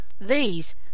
These